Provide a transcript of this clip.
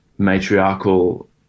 Matriarchal